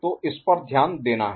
तो इस पर ध्यान देना है